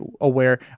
aware